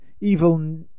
evil